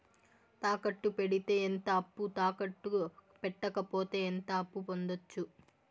తాకట్టు పెడితే ఎంత అప్పు, తాకట్టు పెట్టకపోతే ఎంత అప్పు పొందొచ్చు?